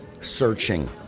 searching